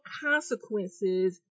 consequences